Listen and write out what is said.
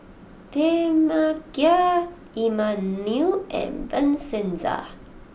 Tamekia Emanuel and Vincenza